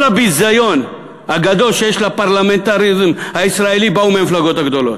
כל הביזיון הגדול של הפרלמנטריזם הישראלי בא מהמפלגות הגדולות.